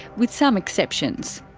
with some exceptions.